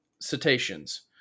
cetaceans